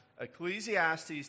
Ecclesiastes